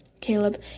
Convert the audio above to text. Caleb